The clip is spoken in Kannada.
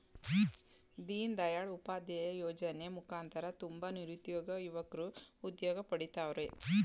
ದೀನ್ ದಯಾಳ್ ಉಪಾಧ್ಯಾಯ ಯೋಜನೆ ಮುಖಾಂತರ ತುಂಬ ನಿರುದ್ಯೋಗ ಯುವಕ್ರು ಉದ್ಯೋಗ ಪಡಿತವರ್ರೆ